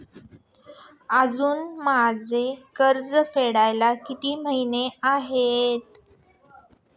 अजुन माझे कर्ज फेडायला किती महिने आहेत?